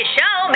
Show